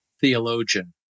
theologian